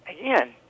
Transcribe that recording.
again